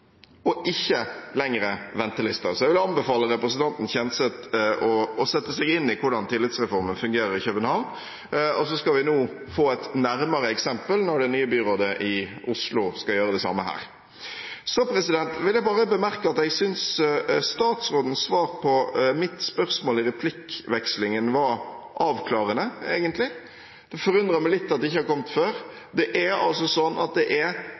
og ikke lengre ventelister. Jeg vil anbefale representanten Kjenseth å sette seg inn i hvordan tillitsreformen fungerer i København, og vi får et nærmere eksempel når det nye byrådet i Oslo gjør det samme her. Så vil jeg bare bemerke at jeg synes statsrådens svar på mitt spørsmål i replikkvekslingen egentlig var avklarende. Det forundrer meg litt at det ikke har kommet før. Det er altså trygghetsstandarden som er regjeringens utkvittering av punktet om norm/veileder i regjeringsplattformen. Jeg synes det er